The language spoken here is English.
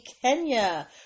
Kenya